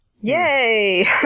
Yay